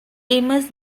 amos